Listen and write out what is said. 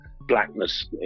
blackness